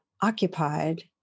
occupied